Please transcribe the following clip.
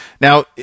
Now